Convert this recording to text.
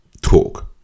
talk